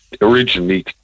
originally